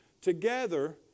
together